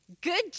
Good